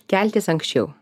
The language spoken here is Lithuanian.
keltis anksčiau